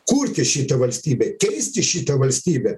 kurti šitą valstybę keisti šitą valstybę